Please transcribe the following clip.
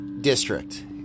district